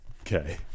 Okay